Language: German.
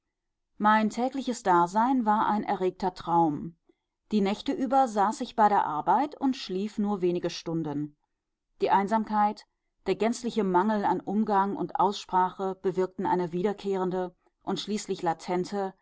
mein tägliches dasein war ein erregter traum die nächte über saß ich bei der arbeit und schlief nur wenige stunden die einsamkeit der gänzliche mangel an umgang und aussprache bewirkten eine wiederkehrende und schließlich latente